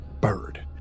Bird